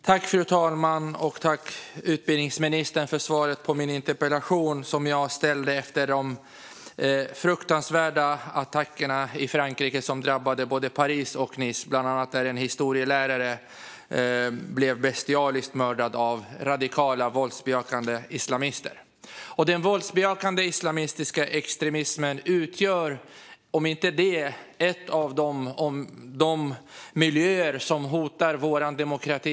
Fru talman! Tack, utbildningsministern, för svaret på min interpellation, som jag ställde efter de fruktansvärda attackerna i Frankrike, som drabbade både Paris och Nice! Det var bland annat en historielärare som blev bestialiskt mördad av radikala våldsbejakande islamister. Den våldsbejakande islamistiska extremismen utgör om inte den enda miljö så en av de miljöer som främst hotar vår demokrati.